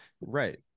right